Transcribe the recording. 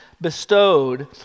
bestowed